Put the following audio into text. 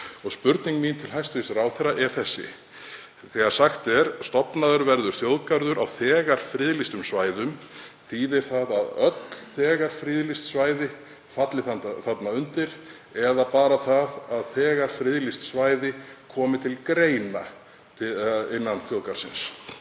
Spurning mín til hæstv. ráðherra er þessi: Þegar sagt er að stofnaður verði þjóðgarður á þegar friðlýstum svæðum þýðir það að öll þegar friðlýst svæði falli þar undir eða bara það að þegar friðlýst svæði komi til greina innan þjóðgarðsins?